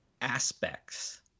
aspects